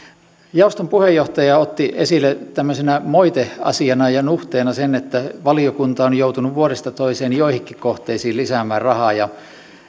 jaoston puheenjohtaja otti esille tämmöisenä moiteasiana ja nuhteena sen että valiokunta on joutunut vuodesta toiseen joihinkin kohteisiin lisäämään rahaa ja